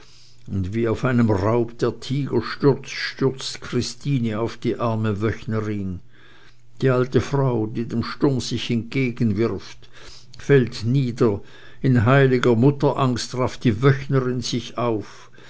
und wie auf seinen raub der tiger stürzt stürzt christine auf die arme wöcherin die alte frau die dem sturm sich entgegenwirft fällt nieder in heiliger mutterangst rafft die wöcherin sich auf